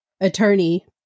attorney